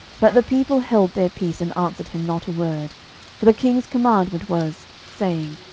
but the people held their peace, and answered him not a word for the king's commandment was, saying,